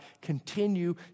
continue